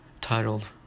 titled